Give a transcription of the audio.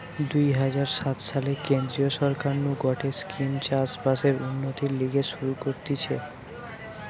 দুই হাজার সাত সালে কেন্দ্রীয় সরকার নু গটে স্কিম চাষ বাসের উন্নতির লিগে শুরু করতিছে